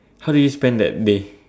how do you spend that day